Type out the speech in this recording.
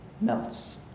melts